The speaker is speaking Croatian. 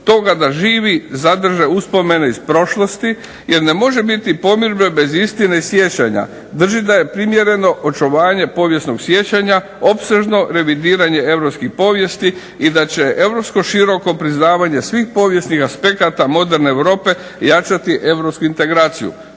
toga da živi zadrže uspomene iz prošlosti jer ne može biti pomirbe bez istine i sjećanja. Držim da je primjereno očuvanje povijesnog sjećanja, opsežno revidiranje europskih povijesti i da će europsko široko priznavanje svih povijesnih aspekata moderne Europe jačati europsku integraciju.